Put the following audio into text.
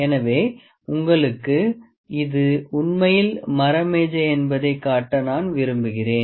எனவே உங்களுக்கு இது உண்மையில் மர மேஜை என்பதை காட்ட நான் விரும்புகிறேன்